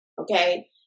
okay